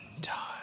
time